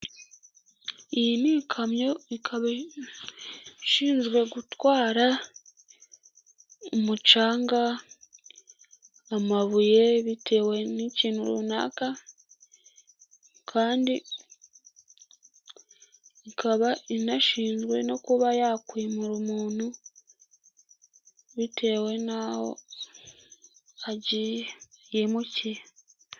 Iyi ni ikamyo ikaba ishinzwe gutwara umucanga amabuye bitewe n'ikintu runaka, kandi ikaba inashinzwe no kuba yakwimura umuntu bitewe n'aho agiye yimukiye.